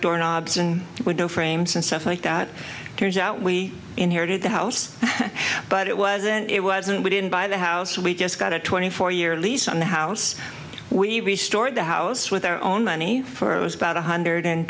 door knobs and window frames and stuff like that turns out we inherited the house but it wasn't it wasn't we didn't buy the house we just got a twenty four year lease on the house we re stored the house with our own money for about one hundred